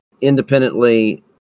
independently